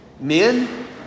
Men